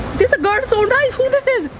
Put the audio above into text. this girl so nice. who this is?